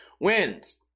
wins